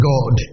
God